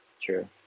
true